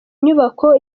inyubako